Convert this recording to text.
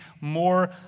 more